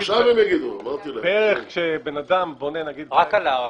רק על ההררי.